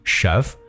Shove